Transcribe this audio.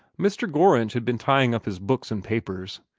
mr. gorringe had been tying up his books and papers.